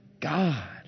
God